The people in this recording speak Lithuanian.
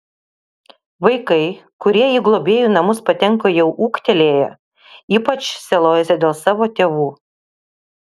vaikai kurie į globėjų namus patenka jau ūgtelėję ypač sielojasi dėl savo tėvų